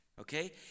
Okay